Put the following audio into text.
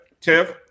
tiff